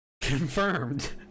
Confirmed